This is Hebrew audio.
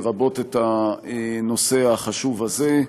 לרבות את הנושא החשוב הזה,